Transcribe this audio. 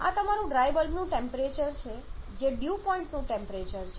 તેથી આ તમારું ડ્રાય બલ્બનું ટેમ્પરેચર છે જે તમારું ડ્યૂ પોઇન્ટનું ટેમ્પરેચર છે